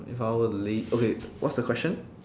if I were late okay what's the question